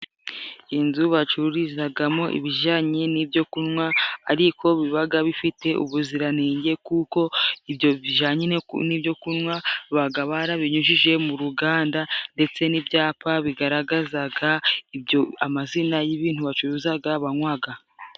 Inzu bacururizagamo ibijyanye n'ibyo kunywa, ariko bibaga bifite ubuziranenge. Kuko ibyo bijanye n'ibyo kunywa bagababinyujije mu ruganda, ndetse n'ibyapa bigaragazaga ibyo amazina y'ibintu bacuruzaga banywaga.